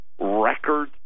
record